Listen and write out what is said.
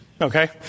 okay